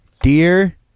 Dear